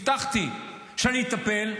הבטחתי שאני אטפל?